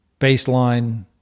baseline